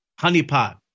honeypot